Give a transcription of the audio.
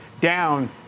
down